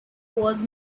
was